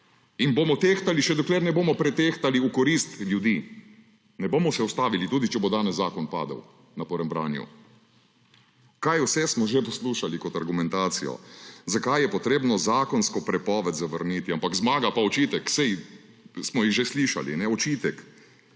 in bomo tehtali še, dokler ne bomo pretehtali v korist ljudi. Ne bomo se ustavili, tudi če bo danes zakon padel na prvem branju. Kaj vse smo že poslušali kot argumentacijo? Zakaj je potrebno zakonsko prepoved zavrniti. Ampak zmaga pa očitek, saj smo jih že slišali, ne, očitek,